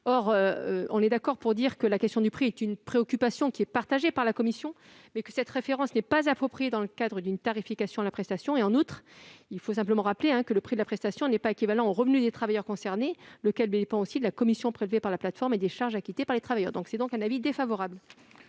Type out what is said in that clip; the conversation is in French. inférieur au SMIC horaire. La question du prix est une préoccupation partagée par la commission, mais cette référence n'est pas appropriée dans le cadre d'une tarification à la prestation. En outre, il faut rappeler que le prix de la prestation n'est pas équivalent au revenu des travailleurs concernés, lequel dépend aussi de la commission prélevée par la plateforme et des charges acquittées par eux. Quel est l'avis du